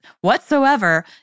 whatsoever